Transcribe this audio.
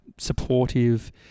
supportive